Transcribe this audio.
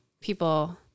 people